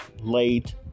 late